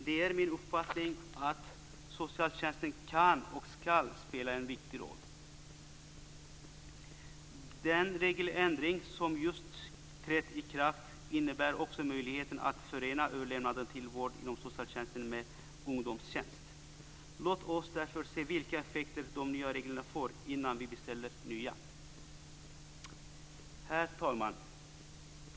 Det är min uppfattning att socialtjänsten kan och skall spela en viktig roll. Den regeländring som just trätt i kraft innebär också möjlighet att förena överlämnande till vård inom socialtjänsten med ungdomstjänst. Låt oss därför se vilka effekter de nya reglerna får innan vi beställer nya. Herr talman!